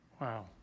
Wow